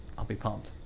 i'll be pumped.